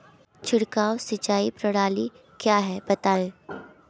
छिड़काव सिंचाई प्रणाली क्या है बताएँ?